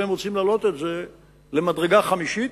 והם רוצים להעלות את זה למדרגה חמישית,